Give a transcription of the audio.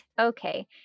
Okay